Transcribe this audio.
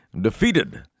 defeated